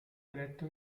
eletto